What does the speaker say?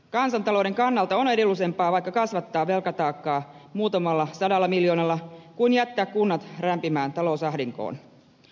kansantalouden kannalta on edullisempaa vaikka kasvattaa velkataakkaa muutamalla sadalla miljoonalla kuin jättää kunnat rämpimään talousahdinkoon